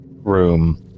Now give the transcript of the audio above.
room